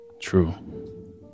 True